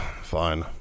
fine